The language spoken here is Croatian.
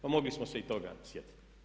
Pa mogli smo se i toga sjetiti.